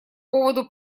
поводу